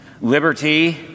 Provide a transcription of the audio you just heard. liberty